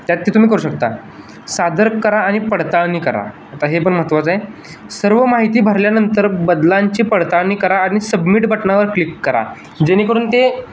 त्यात ते तुम्ही करू शकता सादर करा आणि पडताळणी करा आता हे पण महत्त्वाचं आहे सर्व माहिती भरल्यानंतर बदलांची पडताळणी करा आणि सबमिट बटनावर क्लिक करा जेणेकरून ते